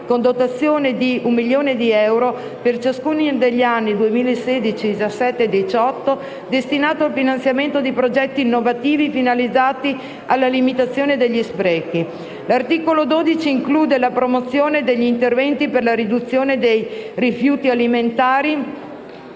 con dotazione di 1 milione di euro per ciascuno degli anni 2016, 2017 e 2018, destinato al finanziamento di progetti innovativi finalizzati alla limitazione degli sprechi. L'articolo 12 include la promozione di interventi per la riduzione dei rifiuti alimentari